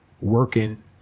working